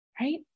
right